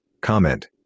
comment